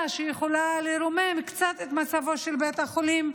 שיכולה לרומם קצת את מצבו של בית החולים,